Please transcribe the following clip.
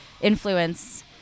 influence